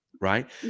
right